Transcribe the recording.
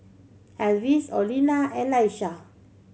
Alvis Orlena and Laisha